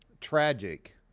tragic